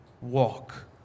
walk